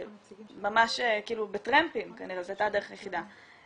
ממש כאילו בטרמפים כנראה, זו הייתה הדרך היחידה.